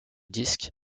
disque